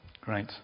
Great